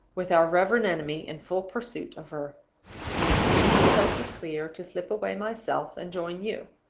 with our reverend enemy in full pursuit of her and, as soon as the coast is clear, to slip away myself and join you.